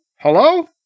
Hello